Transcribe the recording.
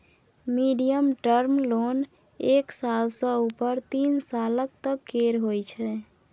medium term loan एक साल सँ उपर तीन सालक तक केर होइ छै